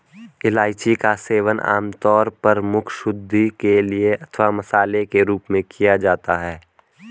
इलायची का सेवन आमतौर पर मुखशुद्धि के लिए अथवा मसाले के रूप में किया जाता है